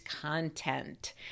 content